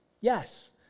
Yes